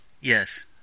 Yes